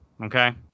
okay